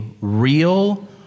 real